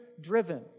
driven